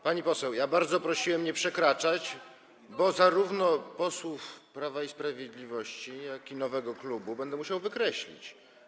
Pani poseł, ja bardzo prosiłem, aby go nie przekraczać, bo posłów zarówno Prawa i Sprawiedliwości, jak i nowego klubu będę musiał wykreślić.